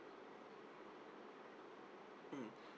mm